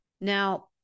Now